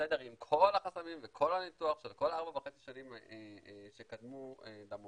עם כל החסמים וכל הניתוח של כל ארבע וחצי השנים שקדמו למועד,